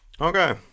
Okay